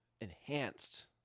enhanced